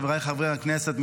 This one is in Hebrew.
חבריי חברי הכנסת,